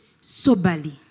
soberly